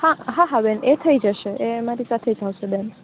હા હા હા બેન એ થઈ જશે એ અમારી સાથે થશે બેન